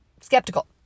skeptical